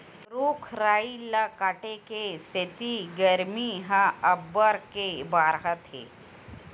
रूख राई ल काटे के सेती गरमी ह अब्बड़ के बाड़हत हे